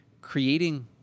creating